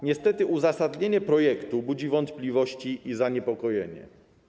Niestety uzasadnienie projektu budzi wątpliwości i zaniepokojenie.